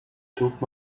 took